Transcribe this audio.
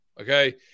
Okay